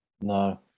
No